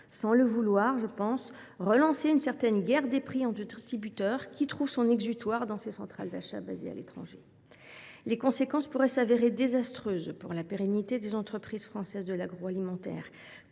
sans le vouloir, je pense – une certaine guerre des prix entre distributeurs, dont les bras armés seraient ces centrales d’achat basées à l’étranger. Les conséquences pourraient s’avérer désastreuses, tant pour la pérennité des entreprises françaises de l’agroalimentaire